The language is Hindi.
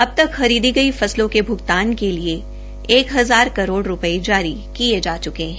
अब तक खरीदी गई फसलों के भुगतान के लिए एक हजार करोड रूपए जारी किए जा चुके हैं